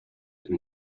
and